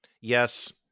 Yes